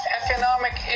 economic